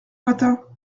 matin